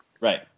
Right